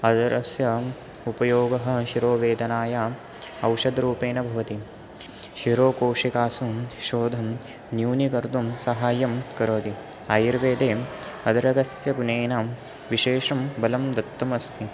अदरस्य उपयोगः शिरोवेदनायाम् औषधरूपेण भवति शिरोकोषिकासु शोधनं न्यूनीकर्तुं सहाय्यं करोति आयुर्वेदे अदरकस्य गुणेन विशेषं बलं दत्तमस्ति